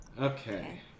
Okay